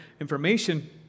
information